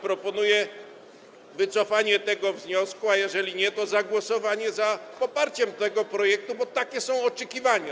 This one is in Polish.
Proponuję wycofanie tego wniosku, a jeżeli nie, to zagłosowanie za poparciem tego projektu, bo takie są oczekiwania.